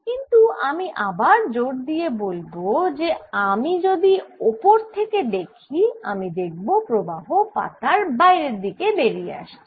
কিন্তু আমি আবার জোর দিয়ে বলব যে আমি যদি ওপর থেকে দেখি আমি দেখব প্রবাহ পাতার বাইরে বেরিয়ে আসছে